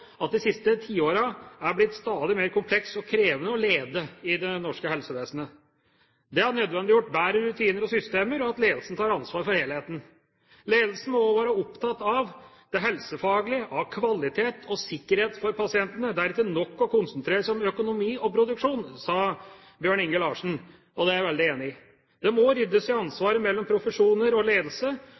at det de siste tiårene er blitt stadig mer komplekst og krevende å lede i det norske helsevesenet. Det har nødvendiggjort bedre rutiner og systemer, og at ledelsen «tar ansvar for helheten». Bjørn Inge Larsen sa videre: «Ledelsen må også være opptatt av det helsefaglige, av kvalitet og sikkerhet for pasientene. Det er ikke nok å konsentrere seg om økonomi og produksjon.» Det er jeg veldig enig i. Det må ryddes i ansvaret mellom profesjoner og ledelse,